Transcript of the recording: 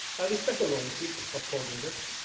i respect the loyalty of paul davies,